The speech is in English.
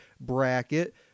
bracket